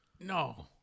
No